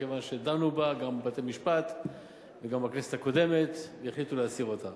מכיוון שדנו בה גם בתי-משפט וגם בכנסת הקודמת והחליטו להסיר אותה.